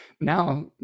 Now